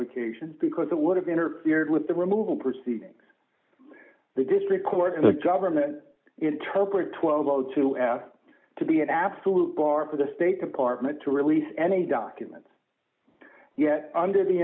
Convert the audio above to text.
revocation because it would have interfered with the removal proceedings the district court and the government interpret twelve o two to be an absolute bar for the state department to release any documents yet under the